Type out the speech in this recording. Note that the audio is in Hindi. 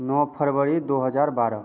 नौ फरवरी दो हज़ार बारह